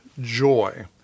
joy